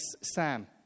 Sam